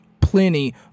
plenty